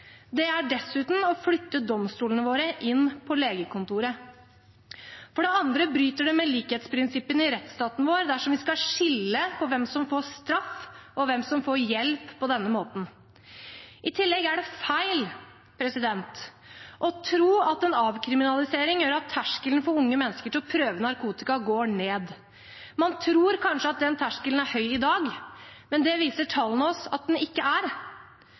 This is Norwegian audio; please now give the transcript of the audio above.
Det er dessuten å flytte domstolene våre inn på legekontoret. For det andre bryter det med likhetsprinsippene i rettsstaten vår dersom vi skal skille på hvem som får straff, og hvem som får hjelp, på denne måten. I tillegg er det feil å tro at en avkriminalisering gjør at terskelen for unge mennesker til å prøve narkotika går ned. Man tror kanskje at den terskelen er høy i dag, men det viser tallene oss at den ikke er.